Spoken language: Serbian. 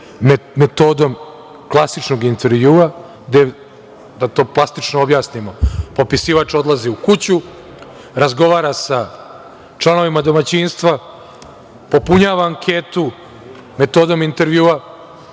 metodom klasičnog intervjua, gde, da to plastično objasnimo, popisivač odlazi u kuću, razgovara sa članovima domaćinstva, popunjava anketu metodama intervjua.